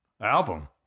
album